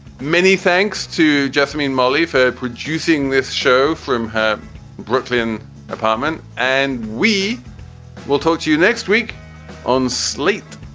many thanks to just me in my life producing this show from her brooklyn apartment and we will talk to you next week on sleep.